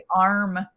arm